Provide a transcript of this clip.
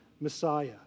Messiah